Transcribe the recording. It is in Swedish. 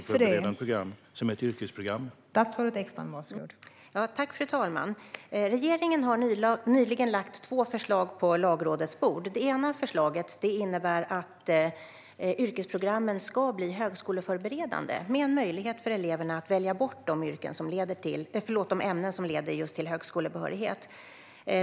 Fru talman! Regeringen har nyligen lagt två förslag på Lagrådets bord. Det ena förslaget innebär att yrkesprogrammen ska bli högskoleförberedande med en möjlighet för eleverna att välja bort de ämnen som leder till högskolebehörighet.